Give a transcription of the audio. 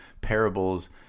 parables